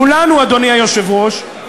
כולנו, אדוני היושב-ראש.